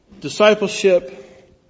Discipleship